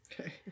Okay